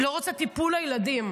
היא לא רוצה טיפול לילדים,